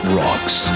rocks